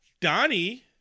Donnie